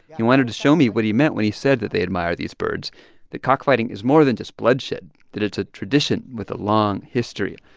he wanted to show me what he meant when he said that they admire these birds that cockfighting is more than just bloodshed, that it's a tradition with a long history.